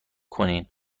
کنین